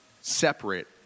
separate